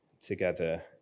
together